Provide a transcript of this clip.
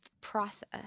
process